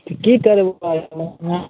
तऽ कि कऽ लेबु पाइ